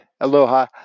Aloha